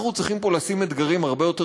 אנחנו צריכים פה לשים אתגרים הרבה יותר